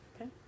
Okay